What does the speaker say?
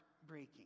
heartbreaking